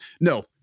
No